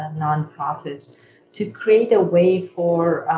nonprofits to create a way for